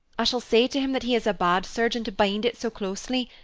i shall say to him that he is a bad surgeon to bind it so closely,